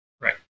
right